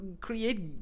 create